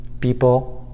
people